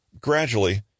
Gradually